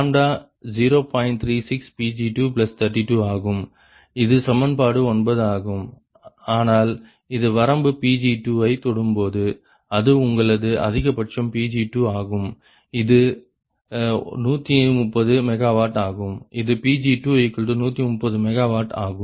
36 Pg2 32 ஆகும் இது சமன்பாடு 9 ஆகும் ஆனால் இது வரம்பு Pg2 ஐ தொடும்போது அது உங்களது அதிகபட்சம் Pg2 ஆகும் அது 130 MW ஆகும் இது Pg2130 MW ஆகும்